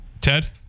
Ted